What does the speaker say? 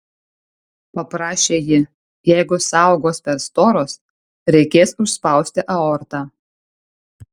paprašė ji jeigu sąaugos per storos reikės užspausti aortą